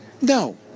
No